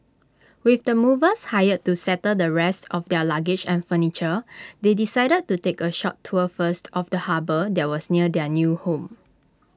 with the movers hired to settle the rest of their luggage and furniture they decided to take A short tour first of the harbour that was near their new home